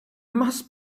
must